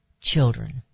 children